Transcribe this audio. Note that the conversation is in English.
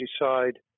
decide